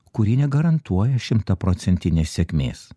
kuri negarantuoja šimtaprocentinės sėkmės